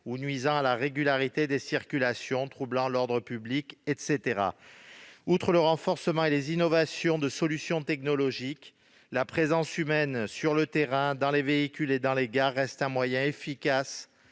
nuisant à la régularité des circulations, ou encore troublant l'ordre public. Outre le renforcement de solutions technologiques innovantes, la présence humaine sur le terrain, dans les véhicules et dans les gares, reste un moyen efficace